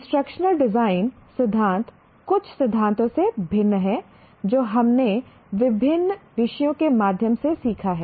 instructional design सिद्धांत कुछ सिद्धांतों से भिन्न है जो हमने विभिन्न विषयों के माध्यम से सीखा है